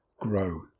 Grow